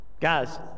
Guys